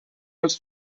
els